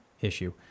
issue